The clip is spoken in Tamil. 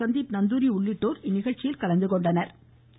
சந்தீப் நந்தூரி உள்ளிட்டோர் கலந்துகொண்டனா்